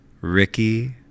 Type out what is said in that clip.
ricky